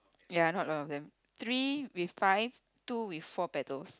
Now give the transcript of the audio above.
ya not a lot of them three with five two with four petals